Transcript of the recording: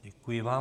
Děkuji vám.